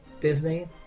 Disney